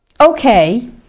okay